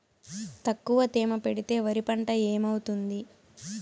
తక్కువ తేమ పెడితే వరి పంట ఏమవుతుంది